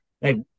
Hey